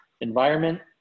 environment